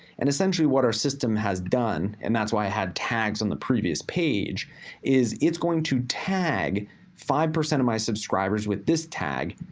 and essentially what our system has done, and that's why i had tags on the previous page is, it's going to tag five percent of my subscribers with this tag,